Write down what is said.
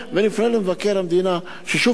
ונפנה למבקר המדינה ששוב הפעם,